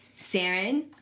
Saren